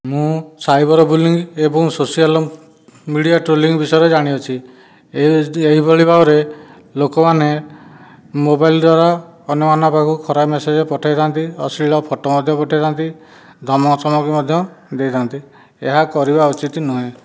ମୁଁ cyber bullying ଏବଂ social media trolling ବିଷୟରେ ଜାଣିଅଛି ଏଏସଡ଼ି ଏହିଭଳି ଭାବରେ ଲୋକମାନେ ମୋବାଇଲ୍ ଦ୍ୱାରା ଅନ୍ୟ ମାନଙ୍କ ପାଖକୁ ଖରାପ ମେସେଜ ପଠାଇଥାନ୍ତି ଅଶ୍ଳୀଳ ଫୋଟୋ ମଧ୍ୟ ପଠେଇଥାନ୍ତି ଧମକ ଚମକ ମଧ୍ୟ ଦେଇଥାନ୍ତି ଏହା କରିବା ଉଚିତ ନୁହେଁ